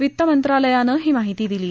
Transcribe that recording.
वित्त मंत्रालयानं ही माहिती दिली आहे